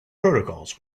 protocols